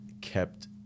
kept